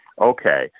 okay